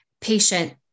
patient